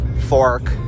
fork